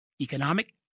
economic